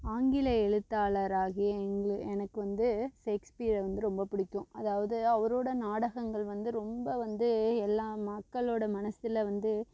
ஆங்கில எழுத்தாளராகிய எங்க எனக்கு வந்து ஷேக்ஸ்பியரை வந்து ரொம்ப பிடிக்கும் அதாவது அவரோட நாடகங்கள் வந்து ரொம்ப வந்து எல்லா மக்களோட மனசில் வந்து